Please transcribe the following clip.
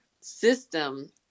system